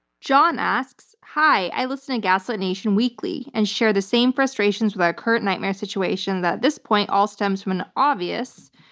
john asks, hi. i listen to gaslit nation weekly and share the same frustrations with our current nightmare situation, that this point all stems from an obvious,